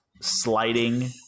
sliding